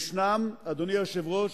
אדוני היושב-ראש,